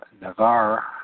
Navarre